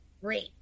great